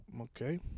okay